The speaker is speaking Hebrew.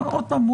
עוד פעם,